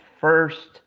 first